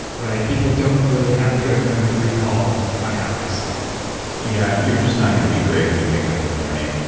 people don't really have good memory recall on how they slept yeah, you're just not going to be great when you wake up in the morning.